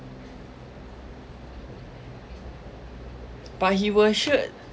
but he will sure